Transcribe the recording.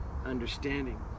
understanding